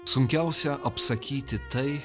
sunkiausia apsakyti tai